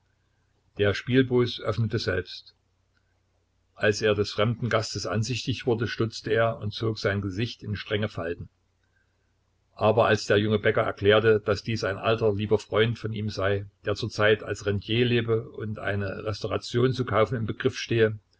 der spielbooß öffnete selbst als er des fremden gastes ansichtig wurde stutzte er und zog sein gesicht in strenge falten aber als der junge bäcker erklärte daß dies ein alter lieber freund von ihm sei der zurzeit als rentier lebe und eine restauration zu kaufen im begriff stehe